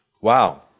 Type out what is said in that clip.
Wow